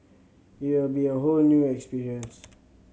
it will be a whole new experience